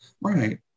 right